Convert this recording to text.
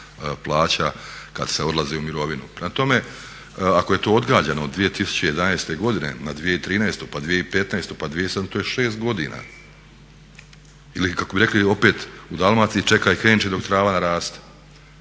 plaća kad se odlazi u mirovinu. Prema tome, ako je to odgađano od 2011. godine na 2013., pa 2015., to je šest godina ili kako bi rekli opet u Dalmaciji "čekaj krenut će dok trava naraste".